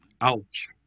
Ouch